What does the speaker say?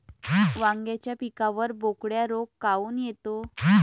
वांग्याच्या पिकावर बोकड्या रोग काऊन येतो?